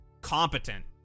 competent